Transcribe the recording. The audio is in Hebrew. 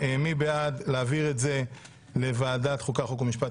מי בעד להעביר את זה לוועדת החוקה, חוק ומשפט?